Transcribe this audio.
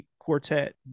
Quartet